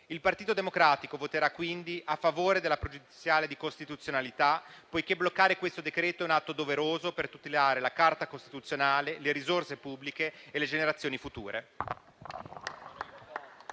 Il Partito Democratico voterà quindi a favore della questione pregiudiziale poiché bloccare questo decreto è un atto doveroso per tutelare la Carta costituzionale, le risorse pubbliche e le generazioni future.